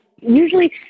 usually